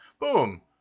boom